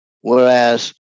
Whereas